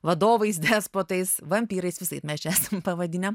vadovais despotais vampyrais visaip mes esam pavadinę